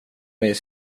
mig